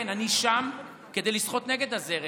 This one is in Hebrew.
כן, אני שם כדי לשחות נגד הזרם.